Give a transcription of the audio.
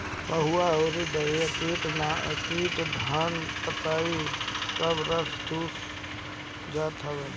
महुआ अउरी दहिया कीट धान के पतइ के सब रस चूस जात हवे